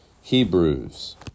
Hebrews